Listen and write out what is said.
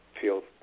feel